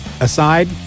aside